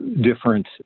different